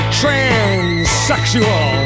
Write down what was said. transsexual